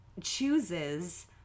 chooses